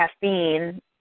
caffeine